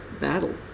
battle